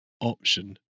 option